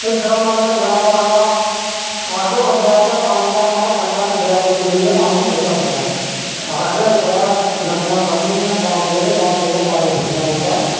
हेठ मतलब कि दरेआ बगा दा ऐ आखदे उस दरेआ च पानी भरना होऐ तां थल्ले दरेआ बिच जेइये पानी नेई भरदे हैन आखदे उपरा दा गजरा बन्नी बालटियै गी ते बालटिया कन्नै पानी खिच्चना पौंदा